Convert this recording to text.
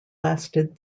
lasted